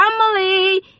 family